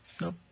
nope